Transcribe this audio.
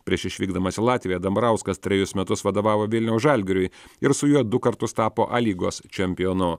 prieš išvykdamas į latviją dambrauskas trejus metus vadovavo vilniaus žalgiriui ir su juo du kartus tapo a lygos čempionu